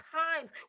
times